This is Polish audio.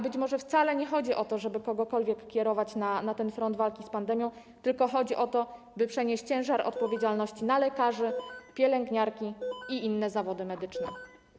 Być może wcale nie chodzi o to, żeby kogokolwiek kierować na ten front walki z pandemią, tylko chodzi o to, by przenieść ciężar odpowiedzialności na lekarzy, pielęgniarki i inne zawody medyczne.